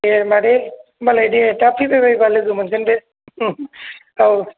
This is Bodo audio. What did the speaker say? दे मादै होनबालाय दे दा फैबाय बायबा लोगोमोनगोन बे औ